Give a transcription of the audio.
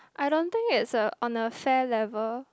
I don't think it's a on a fair level